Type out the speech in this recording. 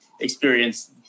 experience